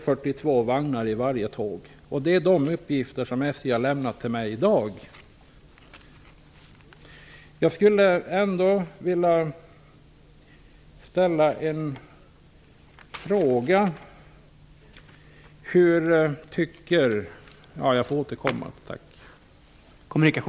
Dessa uppgifter har SJ lämnat till mig i dag.